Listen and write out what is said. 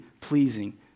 pleasing